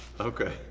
Okay